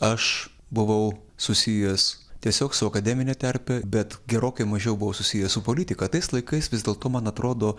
aš buvau susijęs tiesiog su akademine terpe bet gerokai mažiau buvau susijęs su politika tais laikais vis dėlto man atrodo